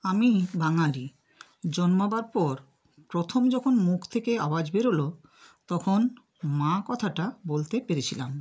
আমি বাঙালি জন্মাবার পর প্রথম যখন মুখ থেকে আওয়াজ বেরোলো তখন মা কথাটা বলতে পেরেছিলাম